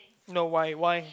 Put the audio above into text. no why why